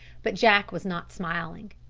but jack was not smiling.